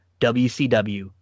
WCW